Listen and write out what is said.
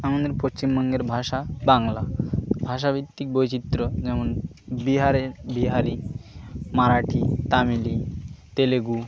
আমাদের পশ্চিমবঙ্গের ভাষা বাংলা ভাষাভিত্তিক বৈচিত্র্য যেমন বিহারে বিহারী মারাঠি তামিল তেলেগু